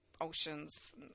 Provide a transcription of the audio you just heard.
oceans